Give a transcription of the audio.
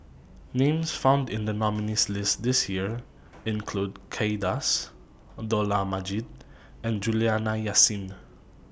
Names found in The nominees' list This Year include Kay Das Dollah Majid and Juliana Yasin